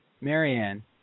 Marianne